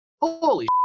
holy